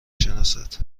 شناسد